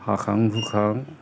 हाखां हुखां